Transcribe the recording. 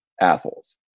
assholes